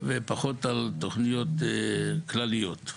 ופחות על תוכניות כלליות.